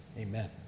Amen